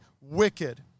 wicked